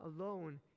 alone